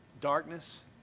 darkness